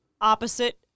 opposite